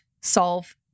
solve